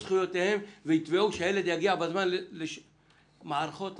זכויותיהם ויתבעו שהילד יגיע בזמן ומערכת ההסעה,